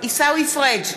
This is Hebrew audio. עיסאווי פריג'